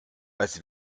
als